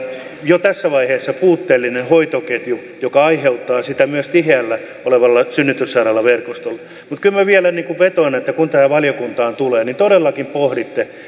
jo tässä vaiheessa puutteellinen hoitoketju joka aiheuttaa sitä myös tiheällä synnytyssairaalaverkostolla mutta kyllä minä vielä vetoan että kun tämä valiokuntaan tulee niin todellakin pohditte